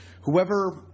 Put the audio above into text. Whoever